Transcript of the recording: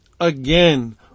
again